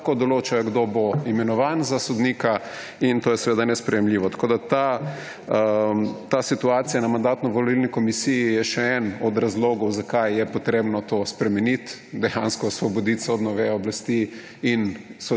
lahko določajo, kdo bo imenovan za sodnika, in to je seveda nesprejemljivo. Ta situacija na Mandatno-volilni komisiji je še en od razlogov, zakaj je potrebno to spremeniti, dejansko osvoboditi sodno vejo oblasti in